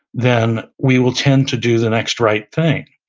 then we will tend to do the next right thing,